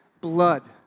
blood